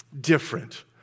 different